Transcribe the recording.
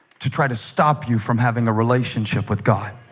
to try to stop you from having a relationship with god